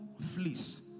fleece